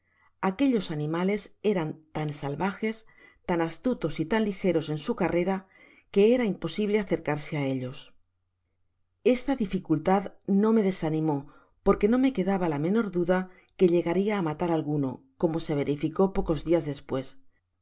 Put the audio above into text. aquellos animales eran tan salvajes tan astutos y tan ligeros en su carrera que era casi imposible acercarse á ellos esta dificultad no me desanimó porque no me quedaba la menor duda pe llegaria á matar alguno como se verificó pocos dias despues